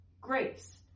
grace